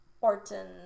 Orton